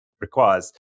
requires